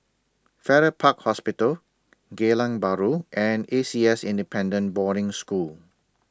Farrer Park Hospital Geylang Bahru and A C S Independent Boarding School